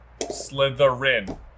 Slytherin